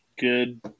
good